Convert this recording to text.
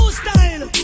style